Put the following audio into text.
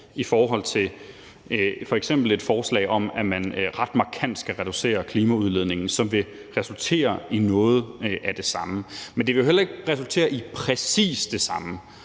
i forhold til f.eks. et forslag om, at man ret markant skal reducere klimaudledningen, som vil resultere i noget af det samme. Men det vil jo heller ikke resultere i præcis det samme.